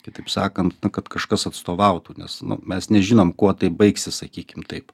kitaip sakant kad kažkas atstovautų nes mes nežinom kuo tai baigsis sakykim taip